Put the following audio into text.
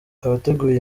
abateguye